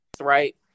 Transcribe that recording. right